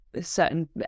certain